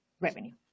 revenue